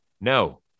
No